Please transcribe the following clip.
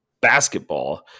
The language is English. basketball